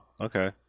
okay